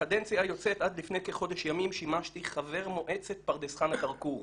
בקדנציה היוצאת עד לפני כחודש ימים שימשתי חבר מועצת פרדס חנה-כרכור.